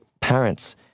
parents